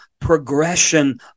progression